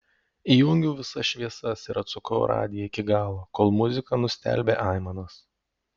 įjungiau visas šviesas ir atsukau radiją iki galo kol muzika nustelbė aimanas